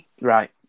right